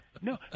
No